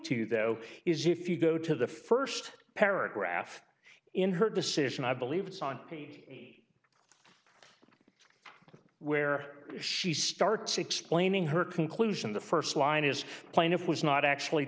to though is if you go to the first paragraph in her decision i believe it's on page where she starts explaining her conclusion the first line is plaintiff was not actually